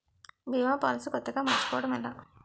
భీమా policy కొత్తగా మార్చుకోవడం ఎలా?